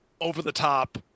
over-the-top